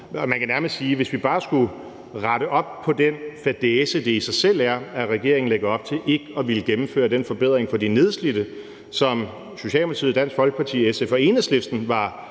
Man kan nærmest sige, at hvis vi skulle rette op bare på den fadæse, det i sig selv er, at regeringen lægger op til ikke at ville gennemføre den forbedring for de nedslidte, som Socialdemokratiet, Dansk Folkeparti, SF og Enhedslisten var